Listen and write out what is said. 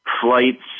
flights